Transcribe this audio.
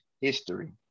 history